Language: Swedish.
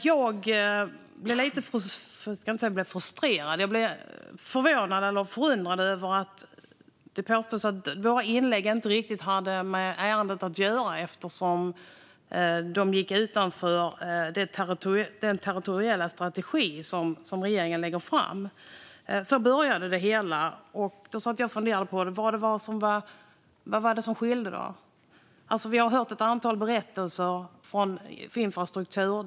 Jag blir lite förundrad över att det påstås att våra inlägg inte riktigt hade med ärendet att göra eftersom de gick utanför den territoriella strategi som regeringen lägger fram. Så började det hela. Jag satt och funderade på vad det var som skilde. Vi har hört ett antal berättelser om infrastruktur.